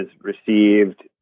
received